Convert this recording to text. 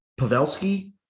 Pavelski